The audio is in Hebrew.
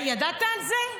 ידעת על זה?